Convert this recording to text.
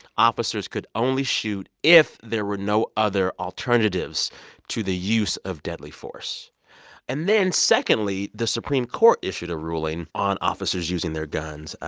officers could only shoot if there were no other alternatives to the use of deadly force and then secondly, the supreme court issued a ruling on officers using their guns.